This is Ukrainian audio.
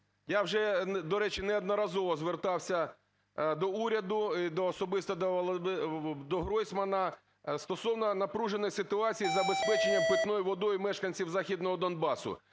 Я вже, до речі, неодноразово звертався до уряду і особисто до Гройсмана стосовно напруженої ситуації із забезпеченням питною водою мешканців Західного Донбасу.